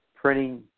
printing